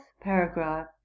paragraph